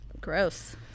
gross